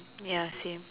ya same